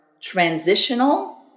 transitional